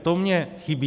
To mně chybí.